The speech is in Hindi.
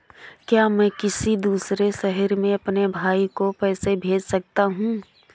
क्या मैं किसी दूसरे शहर में अपने भाई को पैसे भेज सकता हूँ?